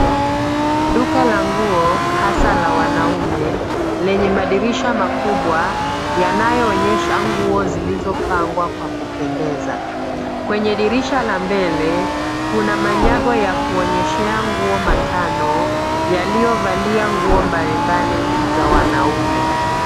Duka la nguo hasa la wanaume lenye madirisha makubwa yanayoonyesha nguo zilizopangwa kwa kupendeza. Kwenye dirisha la mbele, kuna manyago ya kuonyeshea nguo matano yaliyovalia nguo mbalimbali za wanaume.